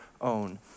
own